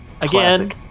Again